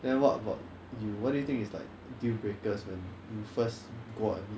then what about you what do you think it's like deal breakers when you first go out